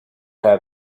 have